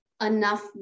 enough